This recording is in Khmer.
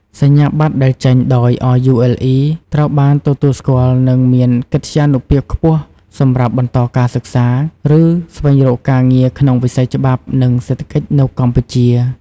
សញ្ញាបត្រដែលចេញដោយ RULE ត្រូវបានទទួលស្គាល់ និងមានកិត្យានុភាពខ្ពស់សម្រាប់បន្តការសិក្សា ឬស្វែងរកការងារក្នុងវិស័យច្បាប់ និងសេដ្ឋកិច្ចនៅកម្ពុជា។